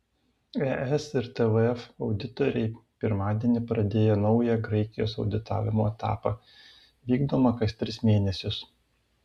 es ir tvf auditoriai pirmadienį pradėjo naują graikijos auditavimo etapą vykdomą kas tris mėnesius